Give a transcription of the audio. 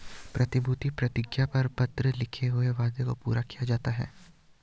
प्रतिभूति प्रतिज्ञा पत्र में लिखे हुए वादे को पूरा किया जाता है